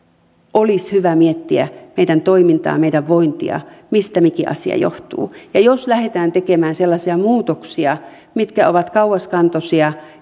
olisi hyvä miettiä meidän toimintaamme meidän vointiamme mistä mikin asia johtuu ja jos lähdetään tekemään sellaisia muutoksia mitkä ovat kauaskantoisia